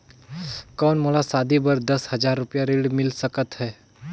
कौन मोला शादी बर दस हजार रुपिया ऋण मिल सकत है?